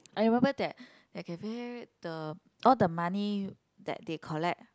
I remember that that cafe the all the money that they collect